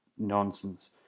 nonsense